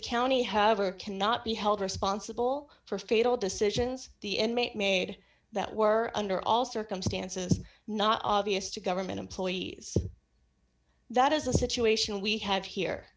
county have or cannot be held responsible for fatal decisions the inmate made that were under all circumstances not obvious to government employees that is the situation we have here